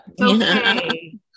okay